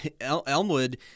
Elmwood